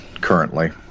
currently